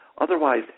otherwise